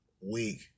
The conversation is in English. week